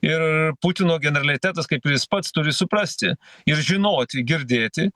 ir putino generalitetas kaip jis pats turi suprasti ir žinoti girdėti